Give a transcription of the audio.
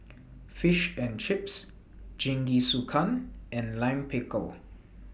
Fish and Chips Jingisukan and Lime Pickle